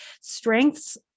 strengths